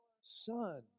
son